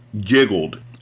Giggled